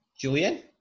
Julian